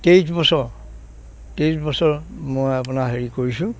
তেইছ বছৰ তেইছ বছৰ মই আপোনাৰ হেৰি কৰিছোঁ